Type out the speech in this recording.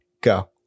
go